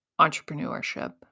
entrepreneurship